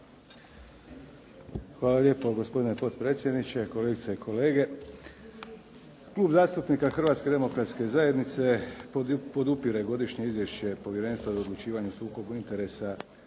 Hvala lijepo gospodine potpredsjedniče, kolegice i kolege. Klub zastupnika Hrvatske demokratske zajednice podupire Godišnje izvješće Povjerenstva za odlučivanje o sukobu interesa